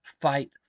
fight